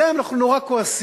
גם אם אנחנו נורא כועסים.